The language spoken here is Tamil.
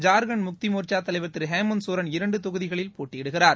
ஜார்க்கண்ட் முக்தி மோர்ச்சா தலைவர் திரு ஹேமந்த் சோரன் இரண்டு தொகுதிகளில் போட்டியிடுகிறார்